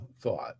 thought